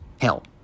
Hell